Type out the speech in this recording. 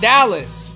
Dallas